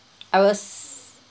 I was